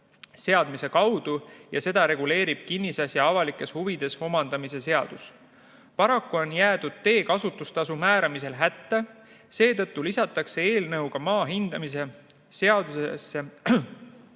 seadmise kaudu ja seda reguleerib kinnisasja avalikes huvides omandamise seadus. Paraku on teekasutustasu määramisel hätta jäädud. Seetõttu lisatakse eelnõuga maa hindamise seadusesse